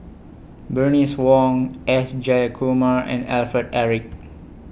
Bernice Wong S Jayakumar and Alfred Eric